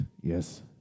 Yes